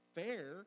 fair